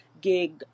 gig